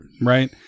Right